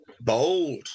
Bold